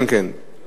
כן, כן.